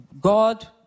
God